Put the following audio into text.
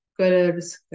colors